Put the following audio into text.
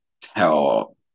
tell